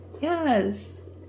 Yes